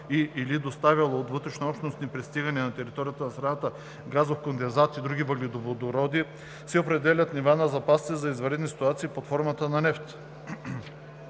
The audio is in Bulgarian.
и/или доставяло от вътрешнообщностни пристигания на територията на страната газов кондензат и други въглеводороди, се определят нива на запаси за извънредни ситуации под формата на нефт.